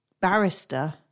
barrister